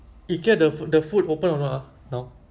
I think half of that